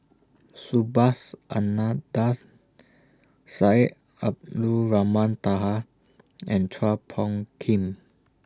Subhas Anandan Syed Abdulrahman Taha and Chua Phung Kim